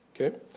Okay